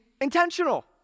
intentional